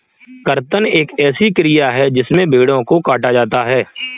कर्तन एक ऐसी क्रिया है जिसमें भेड़ों को काटा जाता है